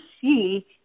see